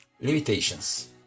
Limitations